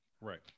Right